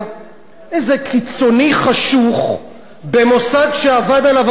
איזה קיצוני חשוך במוסד שאבד עליו כלח.